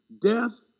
Death